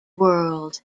world